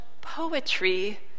poetry